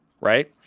right